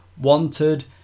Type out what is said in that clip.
Wanted